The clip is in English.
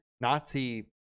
Nazi